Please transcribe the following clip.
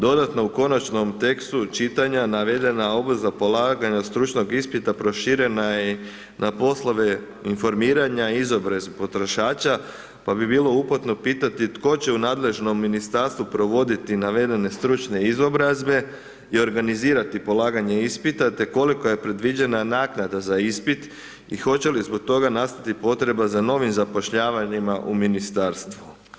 Dodatno u konačnom tekstu čitanja navedena obveza polaganja stručnog ispita proširena je i na poslove informiranja i izobrazbe potrošača, pa bi bilo uputno pitati tko će u nadležnom ministarstvu provoditi navedene stručne izobrazbe i organizirati polaganje ispita te kolika je predviđena naknada za ispit i hoće li zbog toga nastati potreba za novim zapošljavanjima u ministarstvu.